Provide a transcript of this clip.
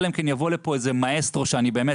אלא אם כן יבוא לפה איזה מאסטרו שאני באמת